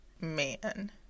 Man